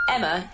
Emma